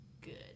good